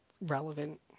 relevant